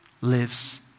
lives